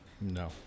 No